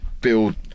build